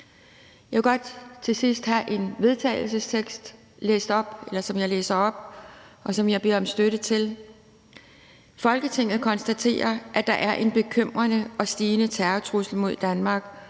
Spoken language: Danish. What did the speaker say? Jeg vil godt her til sidst læse en vedtagelsestekst op, som jeg beder om støtte til: Forslag til vedtagelse »Folketinget konstaterer, at der er en bekymrende og stigende terrortrussel mod Danmark,